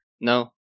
No